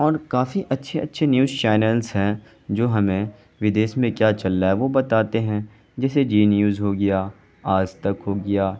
اور کافی اچھے اچھے نیوز چینلس ہیں جو ہمیں ودیس میں کیا چل رہا ہے وہ بتاتے ہیں جیسے جی نیوز ہو گیا آج تک ہو گیا